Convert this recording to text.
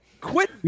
Quit